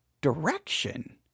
direction